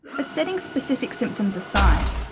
but setting specific symptoms aside,